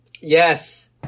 Yes